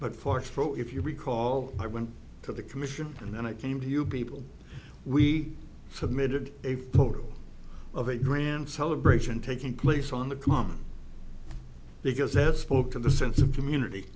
spro if you recall i went to the commission and then i came to you people we submitted a photo of a grand celebration taking place on the common because that spoke to the sense of community